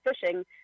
fishing